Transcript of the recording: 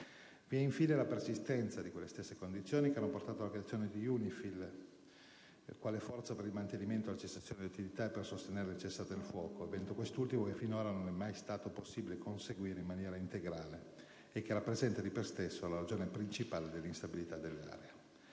vi è la persistenza di quelle stesse condizioni che hanno portato alla creazione di UNIFIL quale forza per il mantenimento della cessazione delle ostilità e per sostenere il cessate il fuoco, evento quest'ultimo che finora non è stato mai possibile conseguire in maniera integrale e che rappresenta, di per se stesso la ragione principale dell'instabilità nell'area.